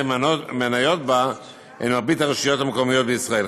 המניות בה הם מרבית הרשויות המקומיות בישראל.